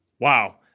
Wow